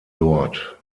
dort